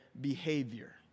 behavior